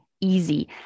easy